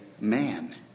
man